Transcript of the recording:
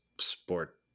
sport